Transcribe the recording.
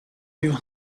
you